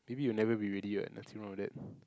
maybe you'll never be ready [what] nothing wrong with that